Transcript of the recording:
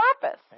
purpose